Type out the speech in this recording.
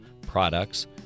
products